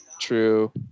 True